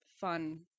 fun